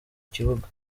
kibuga